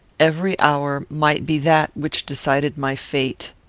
every hour might be that which decided my fate.